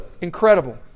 Incredible